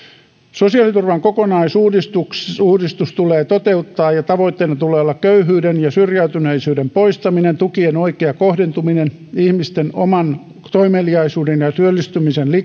sosiaaliturvan kokonaisuudistus tulee toteuttaa ja tavoitteena tulee olla köyhyyden ja syrjäytyneisyyden poistaminen tukien oikea kohdentuminen ja ihmisten oman toimeliaisuuden ja työllistymisen